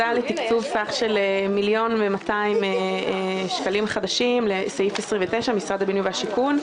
להעברת סך של מיליון 200 שקלים חדשים לסעיף 29 משרד הבינוי והשיכון.